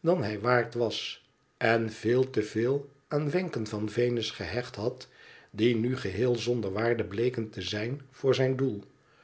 dan hij waard was en veel te veel aan wenken van venus gehecht had die nu geheel zonder waarde bleken te zijn voor zijn doel